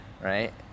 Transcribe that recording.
right